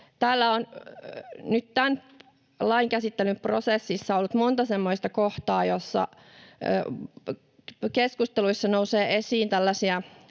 tämän lain käsittelyprosessissa ollut monta semmoista kohtaa, joissa keskusteluissa on noussut esiin